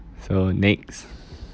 so next